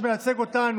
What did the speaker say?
שמייצג אותנו,